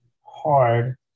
hard